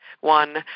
one